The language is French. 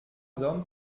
hommes